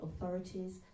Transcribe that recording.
authorities